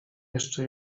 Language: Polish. jeszcze